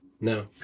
No